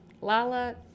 Lala